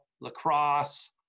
lacrosse